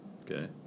okay